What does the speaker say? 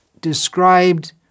described